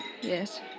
Yes